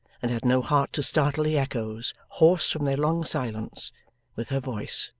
and had no heart to startle the echoes hoarse from their long silence with her voice.